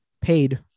paid